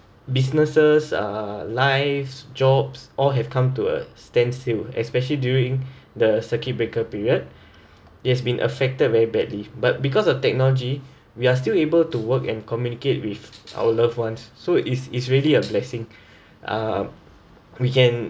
businesses uh lives jobs all have come to a standstill especially during the circuit breaker period it has been affected very badly but because of technology we are still able to work and communicate with our loved ones so it's it's really a blessing uh we can